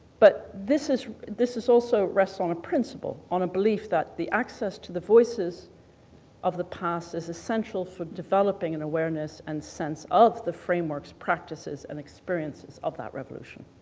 but this is this is also rests on a principle, on a belief that the access to the voices of the past is essential for developing an and awareness and sense of the frameworks practices and experiences of that revolution.